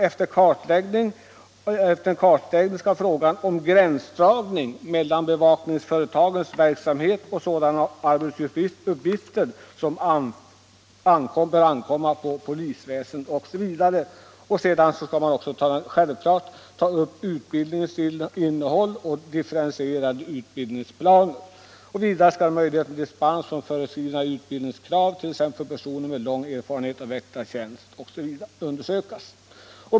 Efter kartläggningen skall frågan om gränsdragningen mellan bevakningsföretagens verksamhet och sådana arbetsuppgifter som bör ankomma på polisväsendet behandlas. Sedan skall utredningen självklart ta upp utbildningens innehåll. Härvid bör övervägas ”differentierade utbildningsplaner”. Vidare skall möjligheterna till dispens från föreskrivna utbildningskrav för t.ex. personer med lång erfarenhet av väktartjänst undersökas.